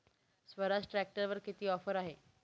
स्वराज ट्रॅक्टरवर किती ऑफर आहे?